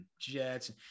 Jets